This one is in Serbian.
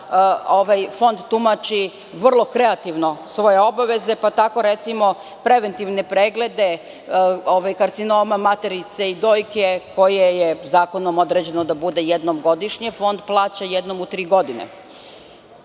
da Fond tumači vrlo kreativno svoje obaveze, pa tako, recimo, preventivne preglede karcinoma materice i dojke, koji su zakonom određeni da budu jednom godišnje, Fond plaća jednom u tri godine. Sada